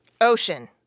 Ocean